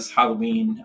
Halloween